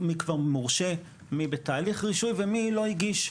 מי כבר מורשה ומי לא הגיש,